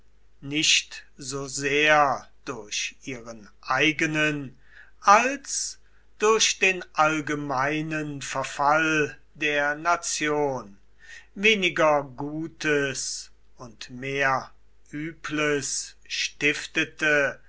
nicht so sehr durch ihren eigenen als durch den allgemeinen verfall der nation weniger gutes und mehr übles stiftete